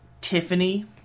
Tiffany